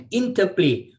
interplay